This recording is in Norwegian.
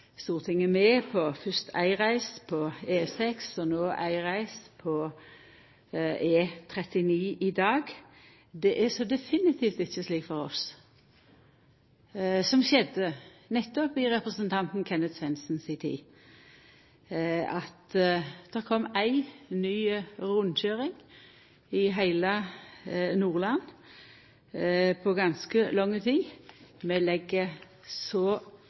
Stortinget med på ei reise på E6, og no i dag ei reise på E39. Det er definitivt ikkje slik for oss som det som skjedde nettopp i representanten Kenneth Svendsens tid, at det berre kom ei ny rundkøyring i heile Nordland på ganske lang tid. Vi legg så